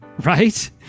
Right